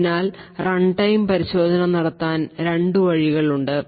അതിനാൽ റൺടൈം പരിശോധന നടത്താൻ രണ്ട് വഴികളുണ്ട്